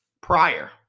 prior